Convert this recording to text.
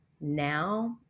Now